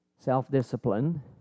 Self-discipline